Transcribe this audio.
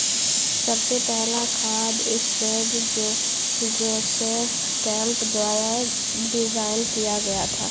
सबसे पहला खाद स्प्रेडर जोसेफ केम्प द्वारा डिजाइन किया गया था